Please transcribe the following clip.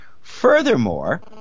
Furthermore